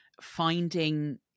finding